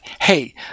hey